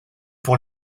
pour